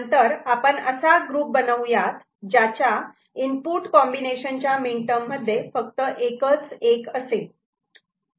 नंतर आपण असा ग्रुप बनवू यात ज्याच्या इनपुट कॉम्बिनेशन च्या मीनटर्म मध्ये फक्त एकच '1' असेल